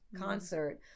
concert